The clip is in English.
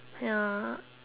ya